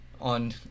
On